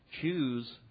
choose